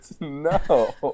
No